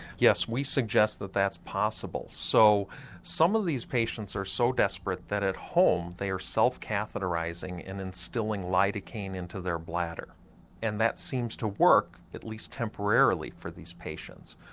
yes, we suggest that that's possible. so some of these patients are so desperate that at home they are self catheterising and instilling lidocaine into their bladder and that seems to work at least temporarily for these patients.